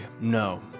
No